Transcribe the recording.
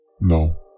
No